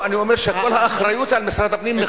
לא, אני אומר שכל האחריות על משרד הפנים.